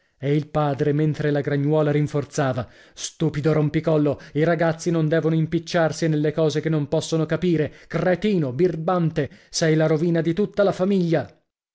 e il padre mentre la gragnuola rinforzava stupido rompicollo i ragazzi non devono impicciarsi nelle cose che non possono capire cretino birbante sei la rovina di tutta la famiglia